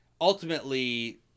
ultimately